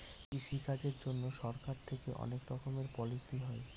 কৃষি কাজের জন্যে সরকার থেকে অনেক রকমের পলিসি হয়